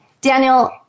Daniel